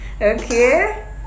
Okay